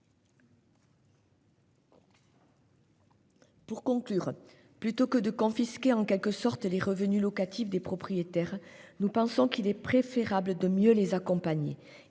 Ainsi, plutôt que de confisquer, pour ainsi dire, les revenus locatifs des propriétaires, nous pensons qu'il est préférable de mieux les accompagner.